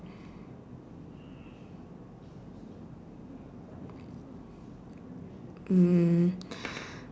mm